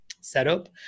setup